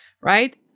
right